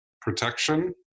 protection